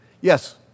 Yes